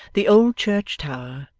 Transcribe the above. the old church tower,